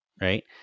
Right